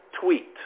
tweet